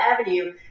Avenue